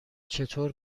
چطور